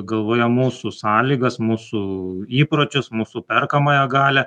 galvoje mūsų sąlygas mūsų įpročius mūsų perkamąją galią